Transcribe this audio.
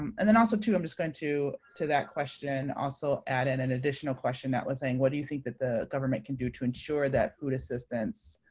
and then also, too, i'm just going to, to that question also add in an additional question that was saying, what do you think that the government can do to ensure that food assistance